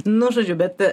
nu žodžiu bet